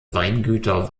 weingüter